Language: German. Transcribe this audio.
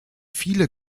viele